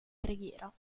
preghiera